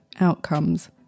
Outcomes